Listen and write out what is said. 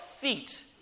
feet